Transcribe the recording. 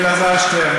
מאלעזר שטרן,